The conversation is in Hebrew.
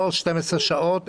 לא 12 שעות.